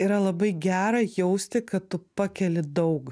yra labai gera jausti kad tu pakeli daug